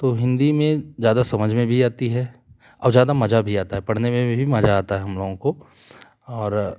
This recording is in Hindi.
तो हिंदी में ज्यादा समझ में भी आती है और ज्यादा मजा भी आता है पढ़ने में भी मजा आता है हम लोगों को और